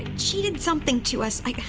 she did something to us. i